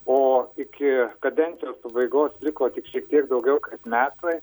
o iki kadencijos pabaigos liko tik šiek tiek daugiau kaip metai